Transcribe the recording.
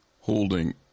holding